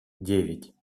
девять